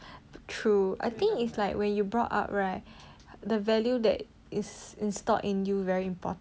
true I think is like when you brought up right the value that is installed in you very important